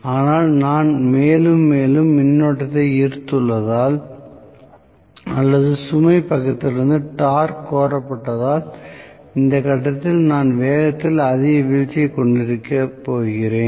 ஆனால் நான் மேலும் மேலும் மின்னோட்டத்தை ஈர்த்துள்ளதால் அல்லது சுமை பக்கத்திலிருந்து டார்க் கோரப்பட்டதால் இந்த கட்டத்தில் நான் வேகத்தில் அதிக வீழ்ச்சியை கொண்டிருக்கப்போகிறேன்